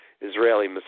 Israeli